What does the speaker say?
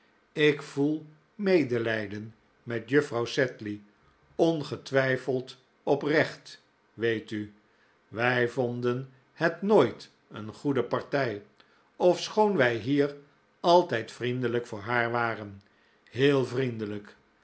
ik voel medelijden met juffrouw sedley ongetwijfeld oprecht weet u wij vonden het nooit een goede partij ofschoon wij hier altijd vriendelijk voor haar waren heel vriendelijk